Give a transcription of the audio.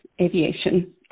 Aviation